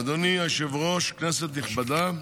אדוני היושב-ראש, כנסת נכבדה,